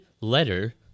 letter